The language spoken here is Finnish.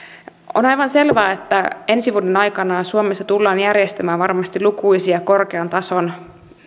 on aivan selvää että ensi vuoden aikana suomessa tullaan järjestämään varmasti lukuisia korkean tason